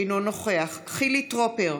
אינו נוכח חילי טרופר,